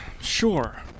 Sure